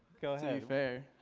be fair,